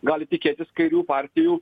gali tikėtis kairiųjų partijų